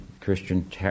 Christian